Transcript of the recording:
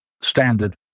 standard